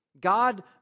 God